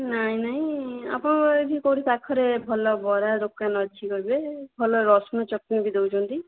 ନାଇଁ ନାଇଁ ଆପଣଙ୍କର ଏଠି କେଉଁଠି ପାଖରେ ଭଲ ବରା ଦୋକାନ ଅଛି କହିବେ ଭଲ ରସୁଣ ଚଟଣୀ ବି ଦେଉଛନ୍ତି